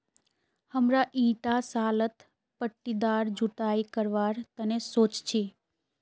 हमरा ईटा सालत पट्टीदार जुताई करवार तने सोच छी